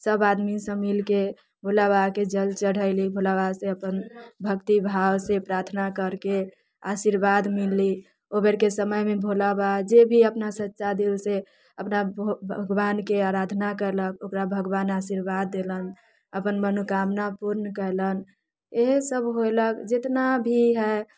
सभ आदमी सभ मिलके भोला बाबाके जल चढ़ैली भोला बाबा से अपन भक्ति भाव से प्रार्थना करके आशीर्वाद मिलली ओहि बेरके समयमे भोला बाबा जे भी अपना सच्चा दिल से अपना भगवानके आराधना कयलक ओकरा भगवान आशीर्वाद देलनि अपन मनोकामना पूर्ण कयलनि इएह सभ होयलक जितना भी है